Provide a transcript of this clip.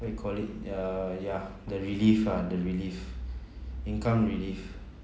what you call it err yeah the relief ah the relief income relief